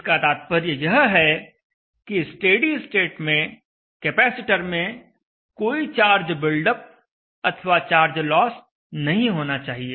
इसका तात्पर्य यह है कि स्टेडी स्टेट में कैपेसिटर में कोई चार्ज बिल्डअप अथवा चार्ज लॉस नहीं होना चाहिए